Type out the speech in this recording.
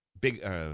big –